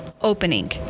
opening